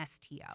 STO